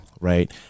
Right